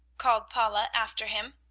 called paula after him.